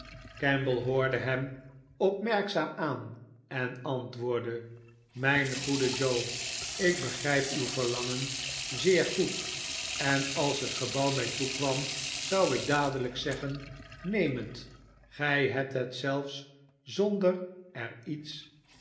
kemble hoorde hem opmerkzaam aan en antwoordde mijn goede joe ik begrijp uw verlangen zeer goed en als het gebouw mij toekwam zou ik dadelijk zeggen neem het gij hebthet zelfs zonder er iets